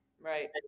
Right